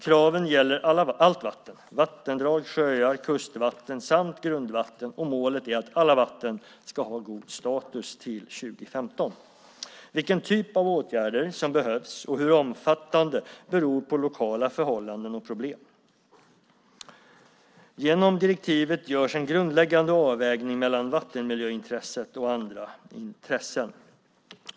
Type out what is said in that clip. Kraven gäller allt vatten - vattendrag, sjöar, kustvatten samt grundvatten - och målet är att alla vatten ska ha en god status till 2015. Vilken typ av åtgärder som behövs, och hur omfattande, beror på lokala förhållanden och problem. Genom direktivet görs en grundläggande avvägning mellan vattenmiljöintresset och andra intressen.